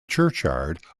churchyard